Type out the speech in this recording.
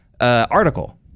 article